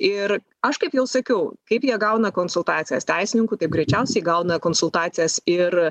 ir aš kaip jau sakiau kaip jie gauna konsultacijas teisininkų taip greičiausiai gauna konsultacijas ir